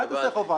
אל תעשה חובה?